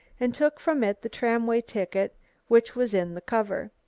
and took from it the tramway ticket which was in the cover.